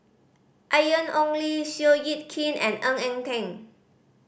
Ian Ong Li Seow Yit Kin and Ng Eng Teng